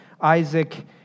Isaac